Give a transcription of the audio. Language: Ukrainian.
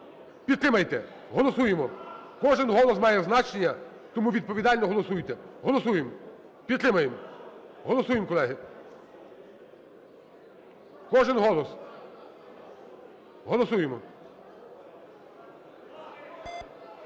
Підтримайте, голосуємо! Кожен голос має значення, тому відповідально голосуйте. Голосуємо! Підтримаймо! Голосуємо, колеги, кожен голос, голосуємо.